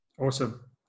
Awesome